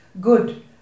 good